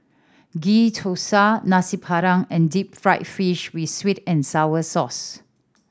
Ghee Thosai Nasi Padang and deep fried fish with sweet and sour sauce